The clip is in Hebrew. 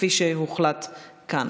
כפי שהוחלט כאן.